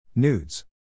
Nudes